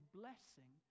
blessing